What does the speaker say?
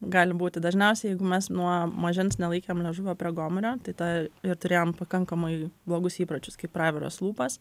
gali būti dažniausiai jeigu mes nuo mažens nelaikėm liežuvio prie gomurio tai ta ir turėjom pakankamai blogus įpročius kaip praviras lūpas